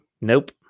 Nope